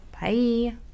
Bye